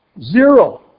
Zero